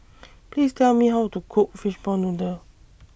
Please Tell Me How to Cook Fishball Noodle